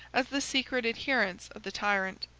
as the secret adherents of the tyrant.